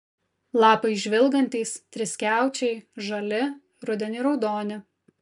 lapai žvilgantys triskiaučiai žali rudenį raudoni